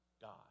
God